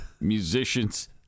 musicians